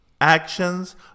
Actions